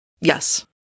Yes